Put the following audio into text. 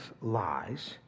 lies